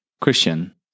Christian